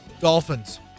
Dolphins